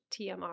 tmr